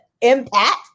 impact